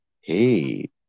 Hey